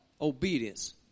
Obedience